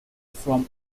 from